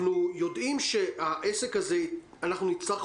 אנחנו מבקשים מהמנהלים להעמיד את כל האמצעים והתקציבים